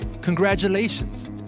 congratulations